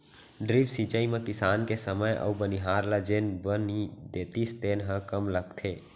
drip सिंचई म किसान के समे अउ बनिहार ल जेन बनी देतिस तेन ह कम लगथे